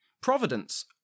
Providence